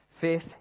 Fifth